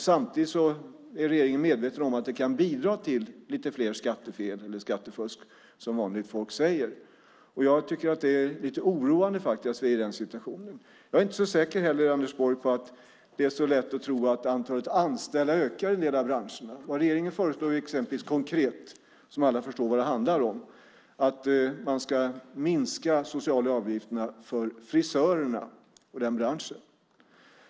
Samtidigt är regeringen medveten om att det kan bidra till lite fler skattefel - eller skattefusk, som vanligt folk säger. Jag tycker att det är lite oroande att vi är i den situationen. Jag är inte heller så säker på att man ska tro att antalet anställda ökar i en del av branscherna. Regeringen föreslår till exempel konkret, så att alla förstår vad det handlar om, att man ska minska de sociala avgifterna för frisörer och den branschen.